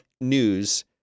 news